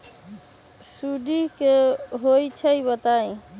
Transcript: सुडी क होई छई बताई?